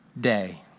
day